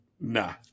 Nah